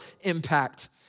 impact